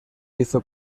hizo